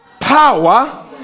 power